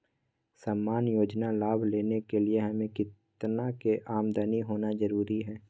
सामान्य योजना लाभ लेने के लिए हमें कितना के आमदनी होना जरूरी है?